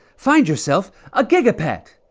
find yourself a giga pet.